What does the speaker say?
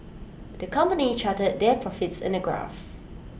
the company charted their profits in A graph